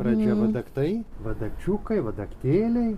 pradžia vadaktai vadakčiukai vadaktėliai